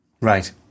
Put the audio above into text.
Right